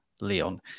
Leon